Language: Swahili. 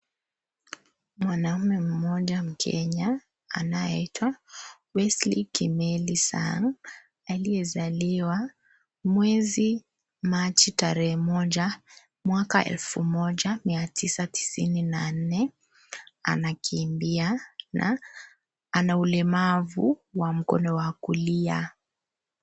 Mwanaume mmoja Mkenya anayeitwa Wesley Kimeli Sang. Aliyezaliwa mwezi Machi tarehe moja mwaka elfu moja mia tisa tisini na nne. Anakimbia na anaulemavu wa mkono wako wa kulia.